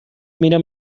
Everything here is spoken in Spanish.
mira